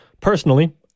Personally